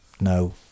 no